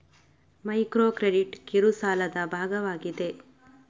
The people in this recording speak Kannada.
ಮೈಕ್ರೋ ಕ್ರೆಡಿಟ್ ಕಿರು ಸಾಲದ ಭಾಗವಾಗಿದೆ